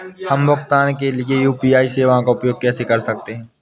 हम भुगतान के लिए यू.पी.आई सेवाओं का उपयोग कैसे कर सकते हैं?